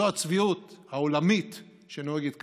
זו הצביעות העולמית שנוהגת כלפינו.